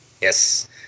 Yes